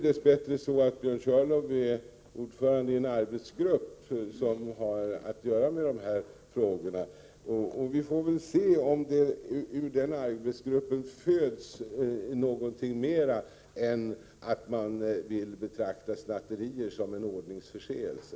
Dess bättre är Björn Körlof ordförande i en arbetsgrupp som arbetar med de här frågorna, och vi får väl se om det ur den arbetsgruppen föds något mer än att man vill betrakta snatteri som en ordningsförseelse.